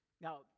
Now